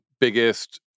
biggest